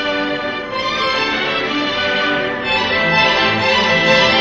eh eh eh eh